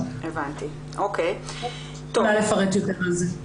אני יכולה לפרט יותר על זה.